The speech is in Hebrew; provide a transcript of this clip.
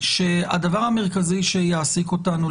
שהדבר המרכזי שיעסיק אותנו,